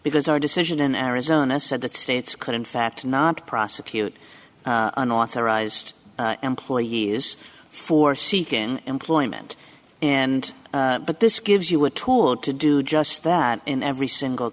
because our decision in arizona said that states could in fact not prosecute unauthorized employee is for seeking employment and but this gives you a tool to do just that in every single